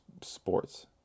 sports